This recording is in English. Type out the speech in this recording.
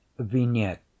vignette